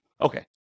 Okay